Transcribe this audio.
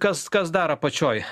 kas kas dar apačioj